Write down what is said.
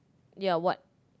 ya what